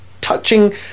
touching